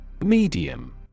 Medium